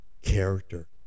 character